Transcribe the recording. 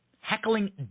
heckling